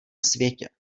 světě